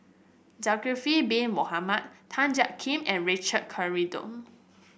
Zulkifli Bin Mohamed Tan Jiak Kim and Richard Corridon